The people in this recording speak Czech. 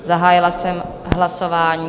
Zahájila jsem hlasování.